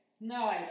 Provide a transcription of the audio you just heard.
No